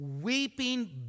weeping